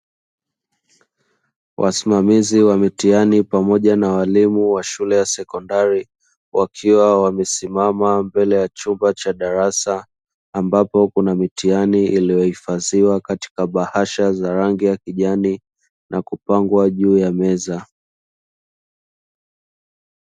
Wasimamaizi wa mitihani pamoja na waalimu wa shule ya sekondari, wakiwa wamesimama mbele ya chumba cha darasa, ambapo kuna mitihani iliyohifadhiwa katika bahasha za rangi ya kijani na kupangwa juu ya meza.